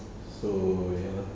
so ya lor